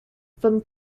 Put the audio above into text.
from